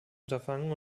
unterfangen